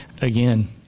again